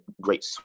great